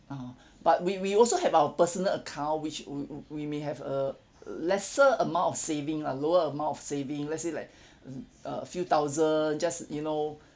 oh but we we also have our personal account which we we we may have a lesser amount of saving lah lower amount of saving let's say like mm uh a few thousand just you know